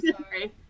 sorry